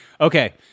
Okay